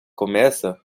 começa